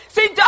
See